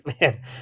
Man